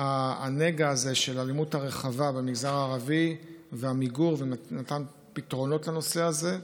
הנגע הזה של האלימות הרחבה במגזר הערבי והמיגור ומתן פתרונות לנושא הזה.